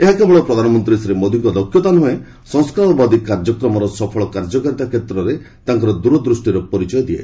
ଏହା କେବଳ ପ୍ରଧାନମନ୍ତ୍ରୀ ଶ୍ରୀମୋଦୀଙ୍କ ଦକ୍ଷତା ନୁହେଁ ସଂସ୍କାରବାଦୀ କାର୍ଯ୍ୟକ୍ରମର ସଫଳ କାର୍ଯ୍ୟକାରିତା କ୍ଷେତ୍ରରେ ତାଙ୍କର ଦୁରଦୃଷ୍ଟିର ପରିଚୟ ଦିଏ